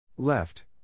left